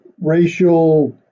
Racial